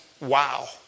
wow